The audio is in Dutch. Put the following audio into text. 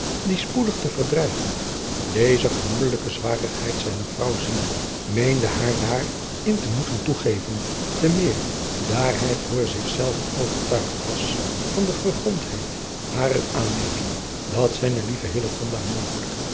die spoedig te verdrijven deze gemoedelijke zwarigheid zijner vrouw ziende meende haar daar in te moeten toegeven te adriaan loosjes pzn het leven van hillegonda buisman meer daar hij voor zich zelven overtuigd was van de gegrondheid harer aanmerking dat zijne lieve hillegonda mogelijk